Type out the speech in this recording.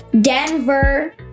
Denver